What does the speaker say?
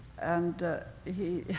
and he,